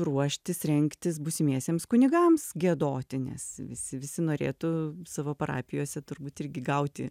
ruoštis rengtis būsimiesiems kunigams giedoti nes visi visi norėtų savo parapijose turbūt irgi gauti